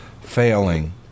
failing